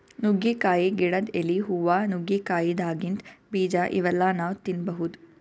ನುಗ್ಗಿಕಾಯಿ ಗಿಡದ್ ಎಲಿ, ಹೂವಾ, ನುಗ್ಗಿಕಾಯಿದಾಗಿಂದ್ ಬೀಜಾ ಇವೆಲ್ಲಾ ನಾವ್ ತಿನ್ಬಹುದ್